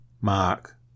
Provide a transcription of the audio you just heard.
Mark